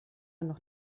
noch